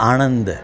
Anand